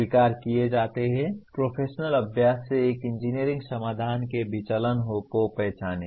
स्वीकार किए जाते हैं प्रोफेशनल अभ्यास से एक इंजीनियरिंग समाधान के विचलन को पहचानें